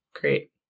great